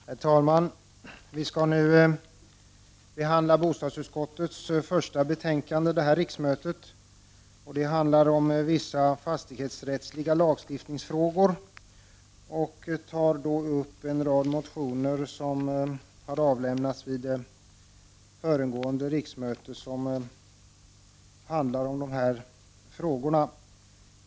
Herr talman! Vi skall nu behandla bostadsutskottets första betänkande under detta riksmöte. Det handlar om vissa fastighetsrättsliga lagstiftningsfrågor. Betänkandet tar upp en rad motioner som har avlämnats under föregående riksmöte och som handlar om dessa frågor.